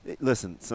Listen